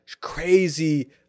crazy